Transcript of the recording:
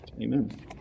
Amen